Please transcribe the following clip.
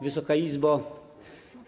Wysoka Izbo!